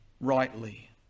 rightly